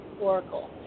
Oracle